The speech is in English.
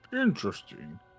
interesting